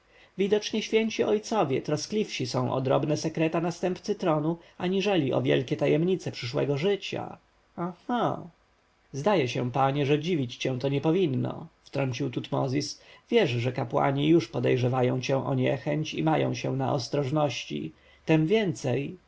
widocznie święci ojcowie troskliwsi są o drobne sekrety następcy tronu aniżeli o wielkie tajemnice przyszłego życia aha zdaje się panie że dziwić cię to nie powinno wtrącił tutmozis wiesz że kapłani już podejrzewają cię o niechęć i mają się na ostrożności tem więcej